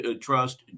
trust